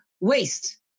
waste